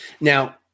Now